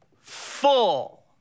full